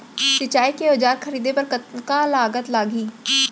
सिंचाई के औजार खरीदे बर कतका लागत लागही?